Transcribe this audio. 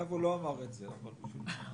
אגב, הוא לא אמר את זה, אבל לא משנה.